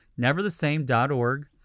neverthesame.org